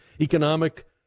economic